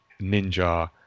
ninja